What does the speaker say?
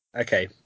Okay